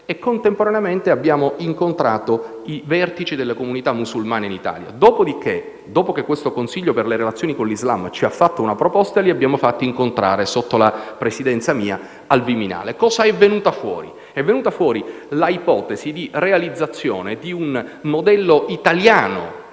e, contemporaneamente, abbiamo incontrato i vertici delle comunità musulmane in Italia. Dopo che questo consiglio per le relazioni con l'Islam ci ha fatto una proposta, li abbiamo fatti incontrare, sotto la mia presidenza, al Viminale. È venuta fuori l'ipotesi di realizzazione di un modello italiano